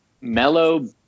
mellow